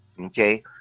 okay